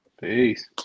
Peace